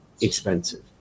expensive